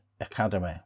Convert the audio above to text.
Academy